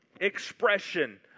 expression